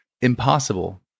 impossible